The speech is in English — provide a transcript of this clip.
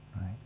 right